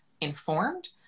informed